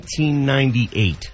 1998